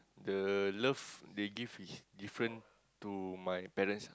the love they give is different to my parents